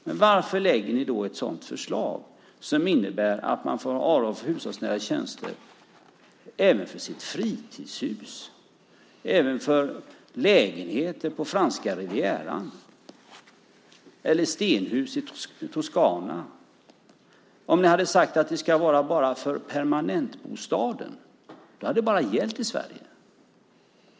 Men varför lägger ni då fram ett sådant förslag som innebär att man får avdrag för hushållsnära tjänster även när det gäller fritidshus, lägenheter på Franska rivieran eller stenhus i Toscana? Om ni hade sagt att detta bara ska vara för permanentbostaden hade det bara gällt i Sverige.